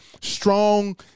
strong